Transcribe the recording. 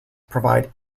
provide